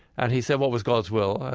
and he said, well, it was god's will.